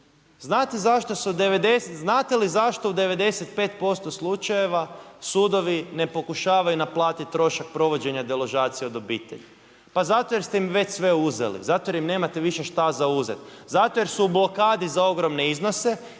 Znate li zašto u 95% slučajeva sudovi ne pokušavaju naplatiti trošak provođenja deložacija od obitelji? pa zato jer ste im već sve uzeli, zato jer im nemate više šta za uzet. Zato jer su u blokadi za ogromne iznose,